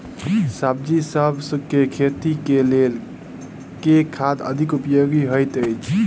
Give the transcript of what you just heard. सब्जीसभ केँ खेती केँ लेल केँ खाद अधिक उपयोगी हएत अछि?